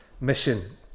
mission